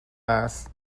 است